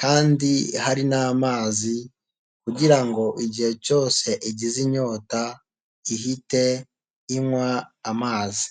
kandi hari n'amazi, kugira ngo igihe cyose igize inyota, ihite inywa amazi.